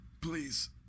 Please